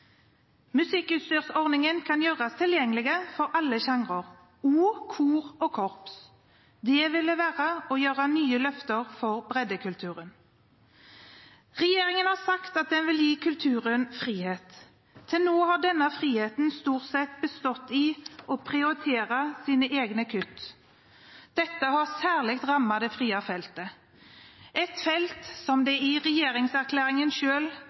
Musikkutstyrsordningen kan gjøres tilgjengelig for alle sjangrer, også kor og korps – det ville være å gjøre nye løft for breddekulturen. Regjeringen har sagt at den vil gi kulturen frihet. Til nå har denne friheten stort sett bestått i å prioritere sine egne kutt. Dette har særlig rammet det frie feltet, et felt som det i regjeringserklæringen